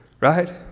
Right